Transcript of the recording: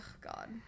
God